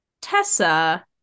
Tessa